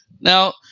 Now